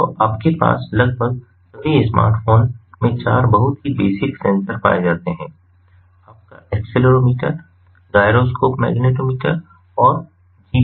तो आपके पास लगभग सभी स्मार्टफोन में चार बहुत ही बेसिक सेंसर पाए जाते हैं आपका एक्सेलेरोमीटर गायरोस्कोप मैग्नेटोमीटर और GPS